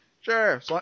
sure